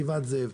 גבעת זאב.